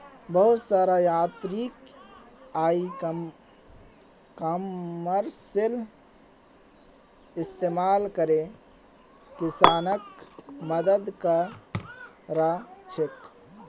बहुत सारा यांत्रिक इ कॉमर्सेर इस्तमाल करे किसानक मदद क र छेक